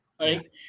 Right